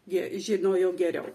jie žinojo geriau